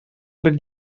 бер